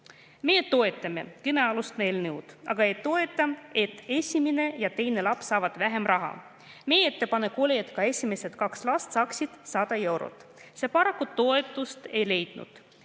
Meie toetame kõnealust eelnõu, aga ei toeta seda, et esimene ja teine laps saavad vähem raha. Meie ettepanek oli, et ka esimesed kaks last saaksid 100 eurot. See paraku toetust ei leidnud.